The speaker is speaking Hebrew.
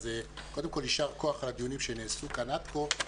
אז קודם כל יישר כוח על הדיונים שנעשו כאן עד כה,